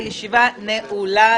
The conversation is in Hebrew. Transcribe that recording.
הישיבה נעולה,